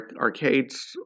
arcades